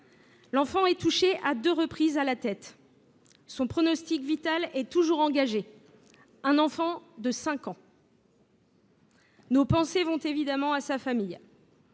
L’enfant est touché à deux reprises à la tête. Son pronostic vital est toujours engagé. Il s’agit, j’y insiste, d’un enfant de 5 ans… Nos pensées vont évidemment à sa famille.